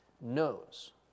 knows